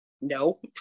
No